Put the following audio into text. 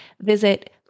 Visit